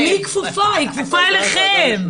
היא כפופה אליכם.